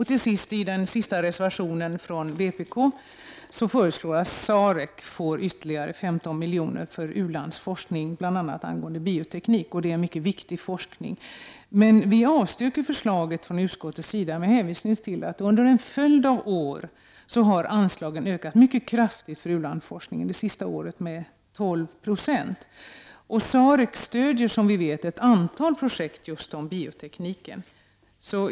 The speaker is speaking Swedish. I den sista reservationen från vpk föreslås att SAREC får ytterligare 15 miljoner för u-landsforskning bl.a. angående bioteknik. Det är en mycket viktig forskning. Vi avstyrker från utskottets sida förslaget med hänvisning till att anslagen för u-landsforskning under en följd av år har ökat mycket kraftigt, det senaste året med 12 Z6. SAREC stöder som vi vet ett antal projekt just om bioteknik.